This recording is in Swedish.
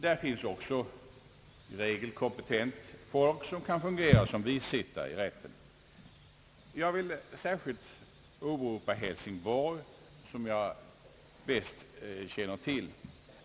Där finns i regel också kompetent folk som kan fungera såsom bisittare i rätten. Jag vill särskilt nämna Hälsingborg, som jag bäst känner till.